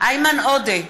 איימן עודה,